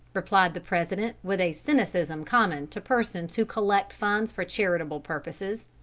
replied the president, with a cynicism common to persons who collect funds for charitable purposes.